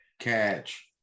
catch